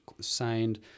signed